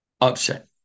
upset